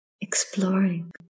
exploring